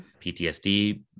PTSD